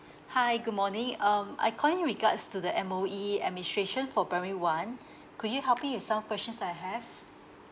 hi good morning um I call in regards to the M_O_E administration for primary one could you help me with some questions I have